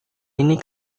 ini